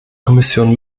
kommission